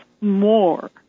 more